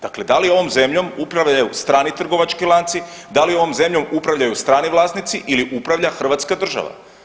Dakle da li ovom zemljom upravljaju strani trgovački lanci, da li ovom zemljom upravljaju strani vlasnici ili upravlja hrvatska država?